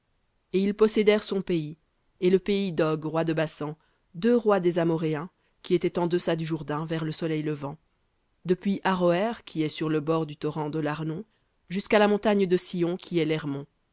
et ils possédèrent son pays et le pays d'og roi de basan deux rois des amoréens qui étaient en deçà du jourdain vers le soleil levant depuis aroër qui est sur le bord du torrent de l'arnon jusqu'à la montagne de scion qui est